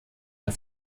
der